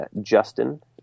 Justin